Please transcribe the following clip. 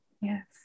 Yes